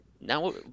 Now